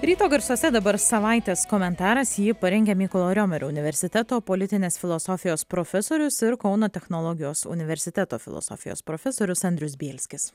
ryto garsuose dabar savaitės komentaras jį parengė mykolo riomerio universiteto politinės filosofijos profesorius ir kauno technologijos universiteto filosofijos profesorius andrius bielskis